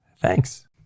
Thanks